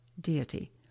deity